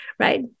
right